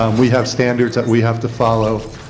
um we have standards that we have to follow.